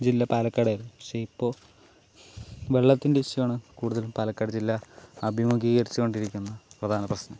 ജില്ല പാലക്കാട് ആയിരുന്നു പക്ഷേ ഇപ്പോൾ വെള്ളത്തിൻ്റെ ഇഷ്യൂ ആണ് കൂടുതലും പാലക്കാട് ജില്ല അഭിമുഖീകരിച്ചു കൊണ്ടിരിക്കുന്ന പ്രധാന പ്രശ്നം